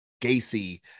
gacy